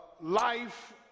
life